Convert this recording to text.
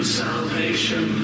salvation